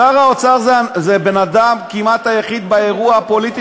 שר האוצר זה האדם כמעט היחיד באירוע הפוליטי